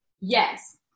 Yes